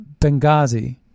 Benghazi